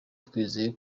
twizeye